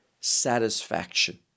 satisfaction